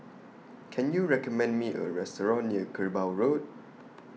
Can YOU recommend Me A Restaurant near Kerbau Road